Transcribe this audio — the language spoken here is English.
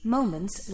Moments